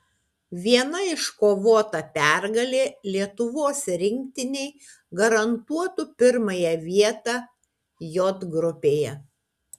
viena iškovota pergalė lietuvos rinktinei garantuotų pirmąją vietą j grupėje